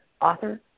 author